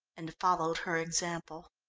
and followed her example.